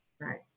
right